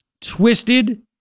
Twisted